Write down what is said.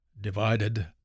divided